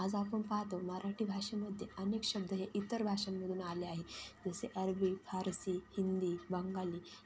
आज आपण पाहतो मराठी भाषेमध्ये अनेक शब्द हे इतर भाषांमधून आले आहे जसे अरबी फारसी हिंदी बंगाली